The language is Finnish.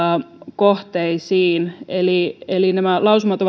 kohteisiin eli eli nämä lausumat